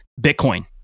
Bitcoin